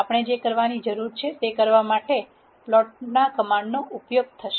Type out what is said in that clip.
આપણે જે કરવાની જરૂર છે તે કરવા માટે પ્લોટ કમાન્ડ નો ઉપયોગ થશે